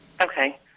Okay